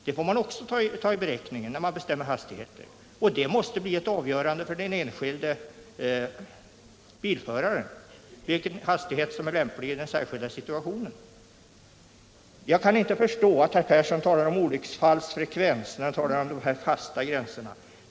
Det får man också ta med i beräkningen när man bestämmer hastigheten. Vilken hastighet som är lämplig i den särskilda situationen måste bli ett avgörande för den enskilde bilföraren. Jag kan inte förstå att herr Persson tar upp olycksfallsfrekvensen när han diskuterar de fasta gränserna.